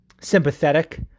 sympathetic